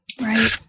Right